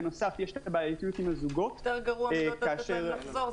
יותר גרוע מלא לתת להם לחזור,